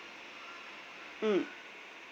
mm